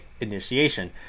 initiation